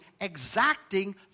exacting